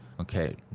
Okay